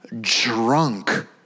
drunk